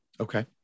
Okay